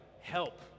help